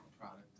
product